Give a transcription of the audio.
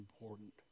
important